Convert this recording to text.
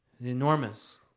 Enormous